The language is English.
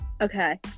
Okay